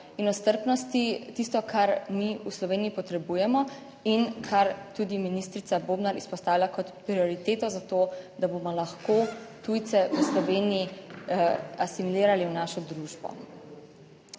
in o strpnosti tisto, kar mi v Sloveniji potrebujemo in kar tudi ministrica Bobnar izpostavlja kot prioriteto za to, da bomo lahko tujce v Sloveniji asimilirali v našo družbo.